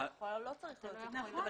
אתה לא צריך להוציא תכנית.